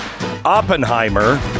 oppenheimer